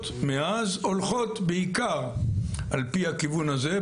מאז הולכות בעיקר על פי הכיוון הזה,